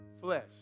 Flesh